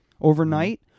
overnight